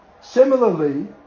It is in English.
Similarly